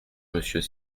monsieur